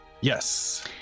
Yes